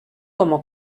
como